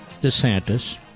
DeSantis